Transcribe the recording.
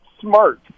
Smart